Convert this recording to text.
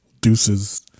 deuces